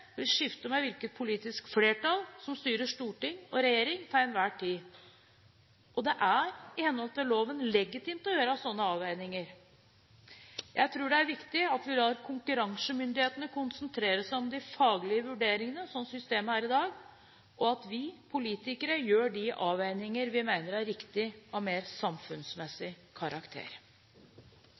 vil skifte med hvilket politisk flertall som styrer storting og regjering til enhver tid. Det er – i henhold til loven – legitimt å gjøre slike avveininger. Jeg tror det er viktig at vi lar konkurransemyndighetene konsentrere seg om de faglige vurderingene, sånn systemet er i dag, og at vi politikere gjør de avveininger av mer samfunnsmessig karakter vi mener er